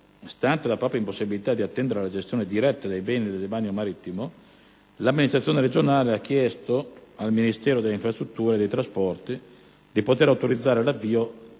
stante la propria impossibilità di attendere alla gestione diretta dei beni del demanio marittimo, l'amministrazione regionale ha chiesto al Ministero delle infrastrutture e dei trasporti di poter autorizzare l'avvio